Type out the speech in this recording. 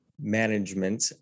management